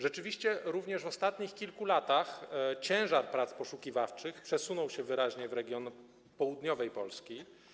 Rzeczywiście w ostatnich kilku latach ciężar prac poszukiwawczych przesunął się wyraźnie w region południowej Polski.